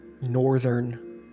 northern